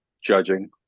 judging